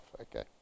Okay